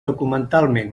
documentalment